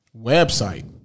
website